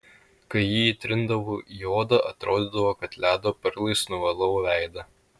kai jį įtrindavau į odą atrodydavo kad ledo perlais nuvalau veidą